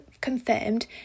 confirmed